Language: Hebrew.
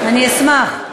אני אשמח.